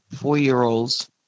four-year-olds